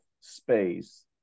space